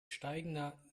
steigender